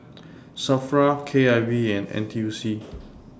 SAFRA K I V and N T U C